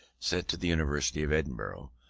sent to the university of edinburgh,